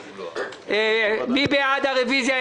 מי בעד הרוויזיה?